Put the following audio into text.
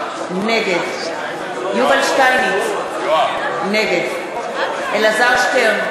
נגד יובל שטייניץ, נגד אלעזר שטרן,